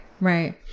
Right